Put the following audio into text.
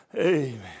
Amen